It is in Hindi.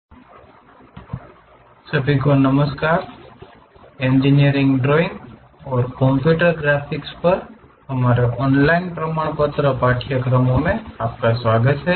आइसोमेट्रिक प्रक्षेपणक्रमश सभी को नमस्कार इंजीनियरिंग ड्राइंग और कंप्यूटर ग्राफिक्स पर हमारे ऑनलाइन प्रमाणपत्र पाठ्यक्रमों में आपका स्वागत है